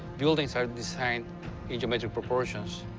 buildings are designed in geometric proportions,